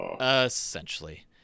Essentially